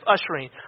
ushering